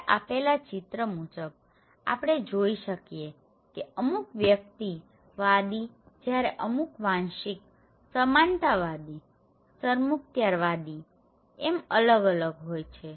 ઉપર આપેલ ચિત્ર મુજબ આપણે જોઈ શકીએ કે અમુક વ્યક્તિ વાદી જ્યારે અમુક વાંશિકસમાનતા વાદી સરમુખત્યાર વાદી એમ અલગ અલગ હોય છે